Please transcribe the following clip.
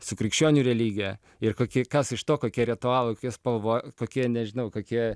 su krikščionių religija ir kokie kas iš to kokie ritualai spalva kokie nežinau kokie